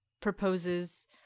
proposes